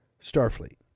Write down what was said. Starfleet